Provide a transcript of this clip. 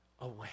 away